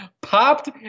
popped